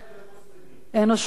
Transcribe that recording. למעשה, זו חקיקה מיוחדת למוסלמים.